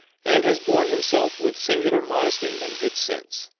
and has borne himself with singular modesty and good sense.